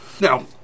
Now